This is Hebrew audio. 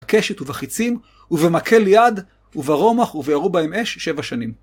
בקשת ובחיצים, ובמקל יד, וברומח, ובערו בהם אש שבע שנים.